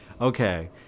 Okay